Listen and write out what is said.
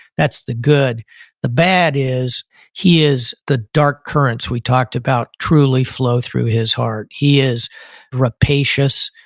that's the good the bad is he is the dark currents we talked about truly flow through his heart. he is rapacious.